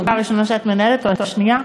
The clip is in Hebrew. זו הישיבה הראשונה שאת מנהלת, או השנייה.